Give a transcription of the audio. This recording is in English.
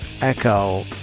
echo